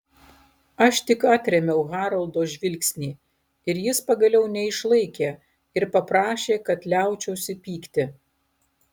aš tik atrėmiau haroldo žvilgsnį ir jis pagaliau neišlaikė ir paprašė kad liaučiausi pykti